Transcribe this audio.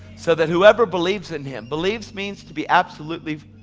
so that whoever believes in him, believes mean to be absolutely,